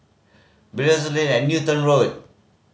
Belilios Lane Newton Road